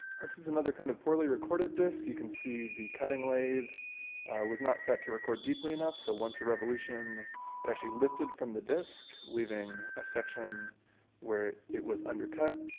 this is another kind of poorly recorded disc. you can see the cutting lathe was not set to record deeply enough, so once a revolution actually lifted from the disc leaving a section where it was undercut.